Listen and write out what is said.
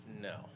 no